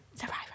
Survivor